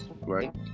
right